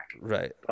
Right